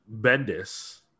Bendis